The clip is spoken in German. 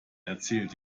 erzählt